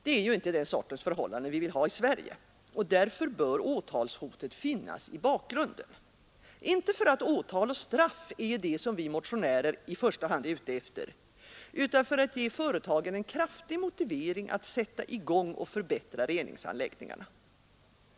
Det är ju inte den sortens förhållanden vi vill ha i Sverige, och därför bör åtalshotet finnas i bakgrunden, inte för att åtal och straff är det som vi motionärer i första hand är ute efter utan för att ge företagen en kraftig motivering att sätta i gång och förbättra reningsanläggningarna.